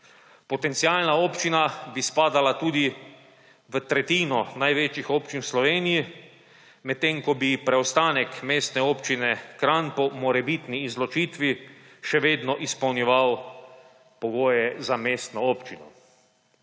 Potencialna občina bi spadala tudi v tretjino največjih občin v Sloveniji, medtem ko bi preostanek Mestne občine Kranj po morebitni izločitvi še vedno izpolnjeval pogoje za mestno občino.